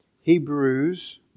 Hebrews